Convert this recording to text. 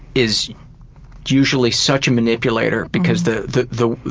is usually such a manipulator because the the the